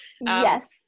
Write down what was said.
Yes